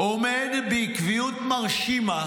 עומד בעקביות מרשימה,